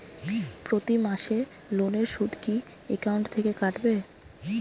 প্রতি মাসে লোনের সুদ কি একাউন্ট থেকে কাটবে?